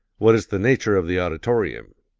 what is the nature of the auditorium?